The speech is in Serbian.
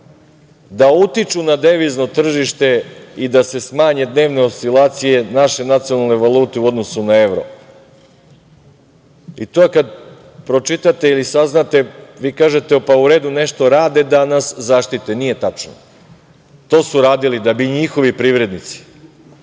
da utiču na devizno tržište i da se smanje dnevno oscilacije naše nacionalne valute u odnosu na evro. Kad to pročitate, ili saznate, vi kažete, u redu, nešto rade da nas zaštite. Nije tačno. To su radili da bi njihovi privrednici,